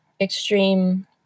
extreme